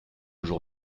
jour